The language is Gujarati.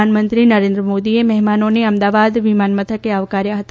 પ્રધાનમંત્રી નરેન્દ્રમોદીએ મહેમાનોને અમદાવાદ વિમાન મથકે આવકાર્યા હતા